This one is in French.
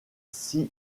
six